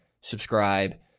subscribe